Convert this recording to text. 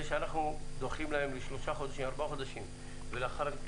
זה שאנחנו דוחים להם לשלושה ארבעה חודשים ולאחר מכן